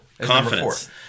Confidence